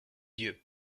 dieu